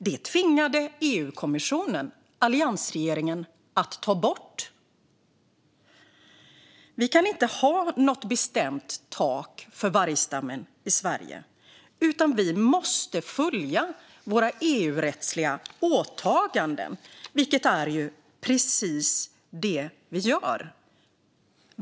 Det tvingade EU-kommissionen alliansregeringen att ta bort. Vi kan inte ha något bestämt tak för vargstammen i Sverige, utan vi måste följa våra EU-rättsliga åtaganden, vilket är precis vad vi gör.